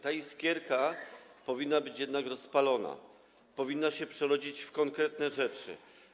Ta iskierka powinna być jednak rozpalona, powinna się przerodzić w konkretne rzeczy.